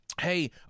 hey